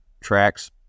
tracks